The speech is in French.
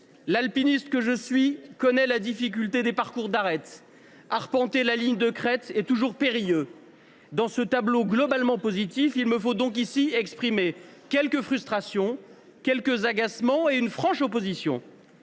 L’alpiniste que je suis connaît la difficulté des parcours d’arête ; arpenter la ligne de crête est toujours périlleux. Dans ce tableau globalement positif, il me faut ici exprimer quelques frustrations, quelques agacements et une franche opposition.